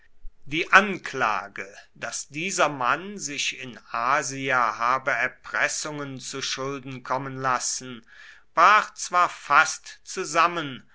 die anklage daß dieser mann sich in asia habe erpressungen zuschulden kommen lassen brach zwar fast zusammen